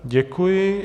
Děkuji.